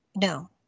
no